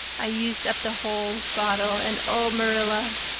i used up the whole bottle, and oh, marilla,